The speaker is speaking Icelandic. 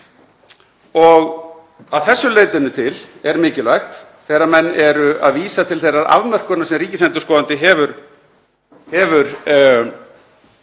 Að þessu leyti til er mikilvægt, þegar menn eru að vísa til þeirrar afmörkunar sem ríkisendurskoðandi hefur